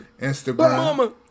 Instagram